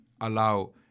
allow